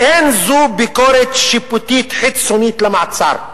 "אין זו ביקורת שיפוטית חיצונית למעצר,